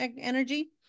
energy